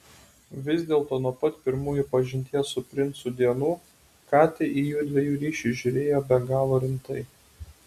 vis dėlto nuo pat pirmųjų pažinties su princu dienų kate į jųdviejų ryšį žiūrėjo be galo rimtai